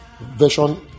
version